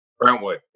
Brentwood